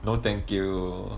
no thank you